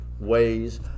ways